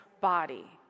body